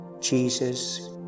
Jesus